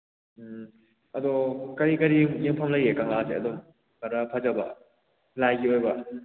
ꯎꯝ ꯑꯗꯣ ꯀꯔꯤ ꯀꯔꯤ ꯌꯦꯡꯐꯝ ꯂꯩꯒꯦ ꯀꯪꯂꯥꯁꯦ ꯑꯗꯨ ꯈꯔ ꯐꯖꯕ ꯂꯥꯏꯒꯤ ꯑꯣꯏꯕ